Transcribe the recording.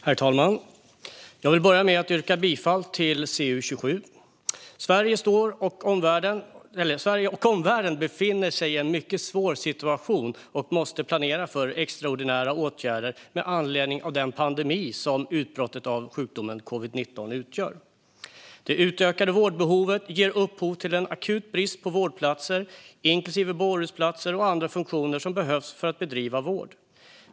Herr talman! Jag vill börja med att yrka bifall till utskottets förslag i CU27. Sverige och omvärlden befinner sig i en mycket svår situation och måste planera för extraordinära åtgärder med anledning av den pandemi som utbrottet av sjukdomen covid-19 utgör. Det ökade vårdbehovet ger upphov till en akut brist på vårdplatser, inklusive bårhusplatser och andra funktioner som behövs för att bedriva vård.